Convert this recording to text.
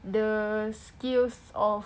the skills of